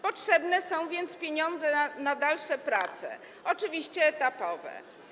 Potrzebne są więc pieniądze na dalsze prace, oczywiście etapowe.